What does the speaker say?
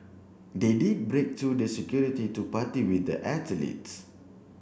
did they break through the security to party with the athletes